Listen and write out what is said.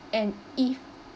and if